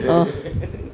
orh